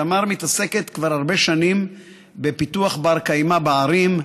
תמר מתעסקת כבר הרבה שנים בפיתוח בר-קיימא בערים,